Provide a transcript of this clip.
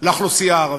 לאוכלוסייה הערבית,